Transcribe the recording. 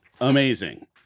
Amazing